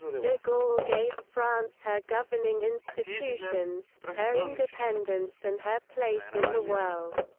de gaulle gave france her governing institutions, her independence and her place in the world.